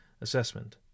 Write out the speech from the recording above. assessment